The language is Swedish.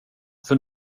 för